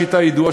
זו השיטה הידועה,